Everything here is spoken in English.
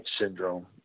syndrome